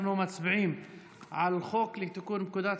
אנחנו מצביעים על הצעת חוק לתיקון פקודת